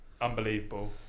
unbelievable